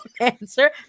answer